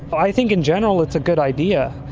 i think in general it's a good idea.